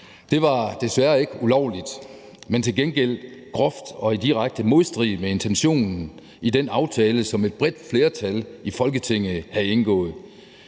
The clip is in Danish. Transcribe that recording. Det var desværre ikke ulovligt, men til gengæld groft og i direkte modstrid med intentionen i den aftale, som et bredt flertal i Folketinget havde indgået.